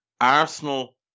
Arsenal